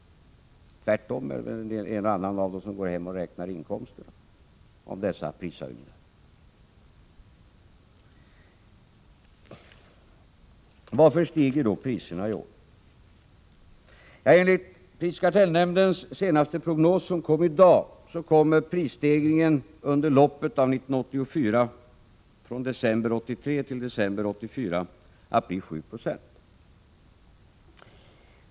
Tvärtom är det väl en och annan av dem som går hem och räknar inkomsterna från dessa prishöjningar. Varför stiger då priserna i år? Enligt prisoch kartellnämndens senaste prognos, som presenterades i dag, kommer prisstegringen under loppet av 1984 — från december 1983 till december 1984 — att bli 7 90.